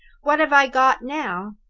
what have i got now?